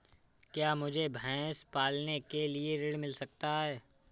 क्या मुझे भैंस पालने के लिए ऋण मिल सकता है?